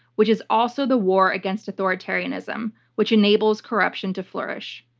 which is also the war against authoritarianism, which enables corruption to flourish.